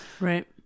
right